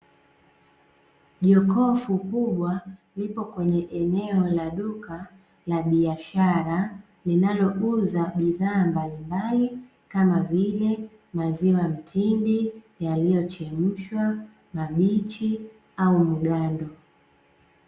Jokofu kubwa lipo kwenye eneo la duka la biashara linalouza bidhaa mbalimbali kama vile maziwa mtindi, yaliyochemshwa, mabichi au mgando.